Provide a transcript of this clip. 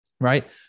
right